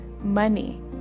money